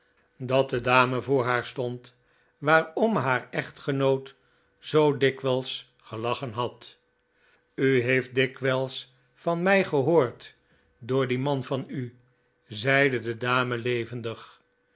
dat de dame voor haar stond waarom haar echtgenoot zoo dikwijls gelachen had u heeft dikwijls van mij gehoord door dien man van u zeide de dame levendig